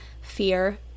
fear